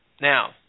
Now